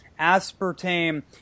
aspartame